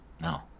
No